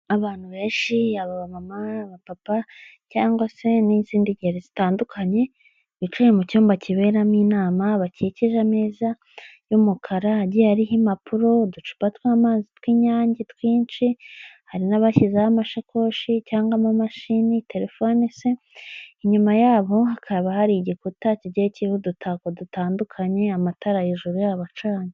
Abantu benshi yaba abamama, abapapa cyangwa se n'izindi ngeri zitandukanye bicaye mu cyumba kiberamo inama bakikije ameza y'umukara agiye ariho impapuro, uducupa tw'amazi tw'inyange twinshi, hari n'abashyizeho amashakoshi cyangwa amamashini, telefone se, inyuma yabo hakaba hari igikuta kigiye kiriho udutako dutandukanye, amatara hejuru yabo acanye.